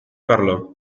parlò